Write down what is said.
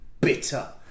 bitter